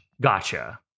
Gotcha